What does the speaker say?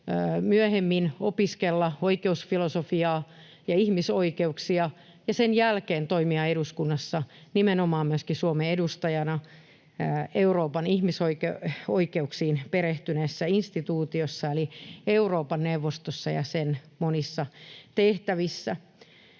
myöhemmin opiskella oikeusfilosofiaa ja ihmisoikeuksia ja sen jälkeen toimia eduskunnassa nimenomaan myöskin Suomen edustajana Euroopan ihmisoikeuksiin perehtyneessä instituutiossa eli Euroopan neuvostossa ja sen monissa tehtävissä.